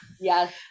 Yes